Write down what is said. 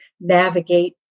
navigate